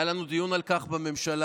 היה לנו דיון על כך בממשלה,